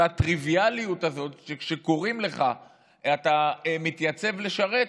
הטריוויאליות הזאת שכשקוראים לך אתה מתייצב לשרת,